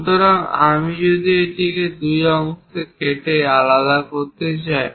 সুতরাং আমি যদি এটিকে দুটি অংশে কেটে আলাদা করতে চাই